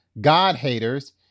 God-haters